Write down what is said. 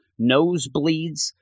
nosebleeds